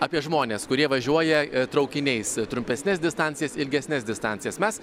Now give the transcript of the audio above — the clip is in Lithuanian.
apie žmones kurie važiuoja traukiniais trumpesnes distancijas ilgesnes distancijas mes